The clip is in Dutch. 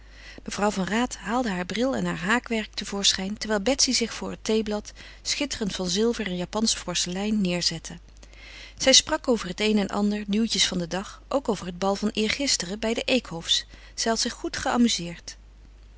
mevrouw van raat haalde haar bril en haar haakwerk te voorschijn terwijl betsy zich voor het theeblad schitterend van zilver en japansch porselein neêrzette zij sprak over het een en ander nieuwtjes van den dag ook over het bal van eergisteren bij de eekhofs zij had zich goed geamuzeerd